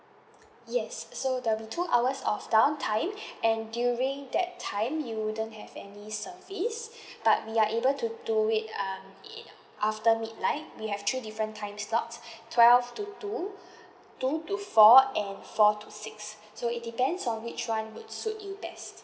yes so there'll be two hours of down time and during that time you wouldn't have any service but we are able to do it um it after midnight we have three different time slots twelve to two two to four and four to six so it depends on which one would suit you best